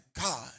God